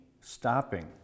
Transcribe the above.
Stopping